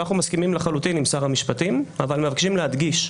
ואנחנו מסכימים לחלוטין עם שר המשפטים אבל מבקשים להדגיש,